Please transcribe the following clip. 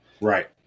Right